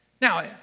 Now